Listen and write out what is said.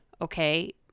Okay